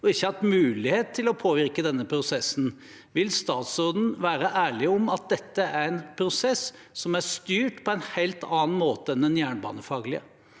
og ikke hatt mulighet til å påvirke denne prosessen. Vil statsråden være ærlig på at dette er en prosess som er styrt på en helt annen måte enn en jernbanefaglig